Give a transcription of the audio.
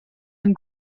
and